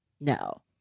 No